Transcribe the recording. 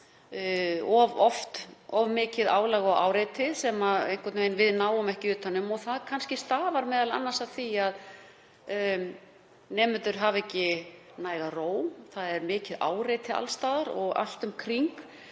of oft of mikið álag og áreiti sem við náum ekki utan um og það stafar m.a. af því að nemendur hafa ekki næga ró, það er mikið áreiti alls staðar og allt um kring.